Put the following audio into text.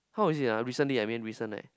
how is it ah recently leh I mean recent eh